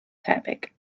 tebyg